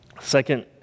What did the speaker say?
Second